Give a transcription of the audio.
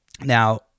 Now